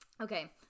Okay